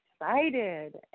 excited